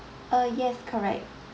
uh yes correct